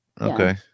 okay